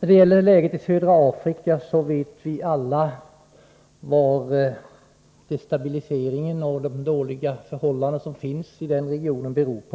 När det gäller läget i södra Afrika vet vi alla vad destabiliseringen och de dåliga förhållandena i den regionen beror på.